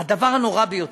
הדבר הנורא ביותר.